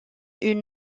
une